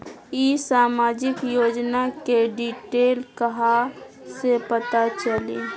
ई सामाजिक योजना के डिटेल कहा से पता चली?